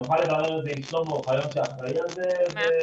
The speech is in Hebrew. אני מוכן לברר את זה עם שלמה אוחיון שאחראי על זה ולחזור,